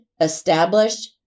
established